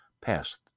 passed